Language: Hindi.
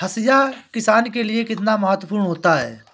हाशिया किसान के लिए कितना महत्वपूर्ण होता है?